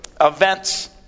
events